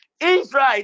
israel